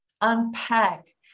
unpack